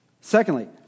Secondly